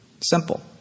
Simple